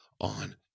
on